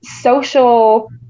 social